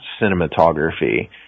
cinematography